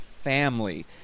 family